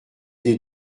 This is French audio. des